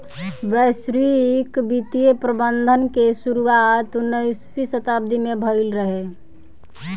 वैश्विक वित्तीय प्रबंधन के शुरुआत उन्नीसवीं शताब्दी में भईल रहे